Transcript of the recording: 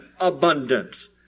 abundance